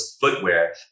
footwear